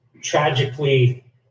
tragically